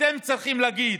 אתם צריכים להגיד,